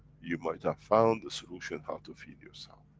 you might have found the solution how to feed yourself.